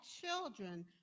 children